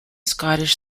scottish